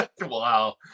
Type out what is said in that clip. wow